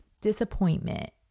disappointment